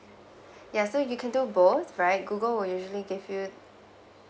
ya so you can do both right google will usually give you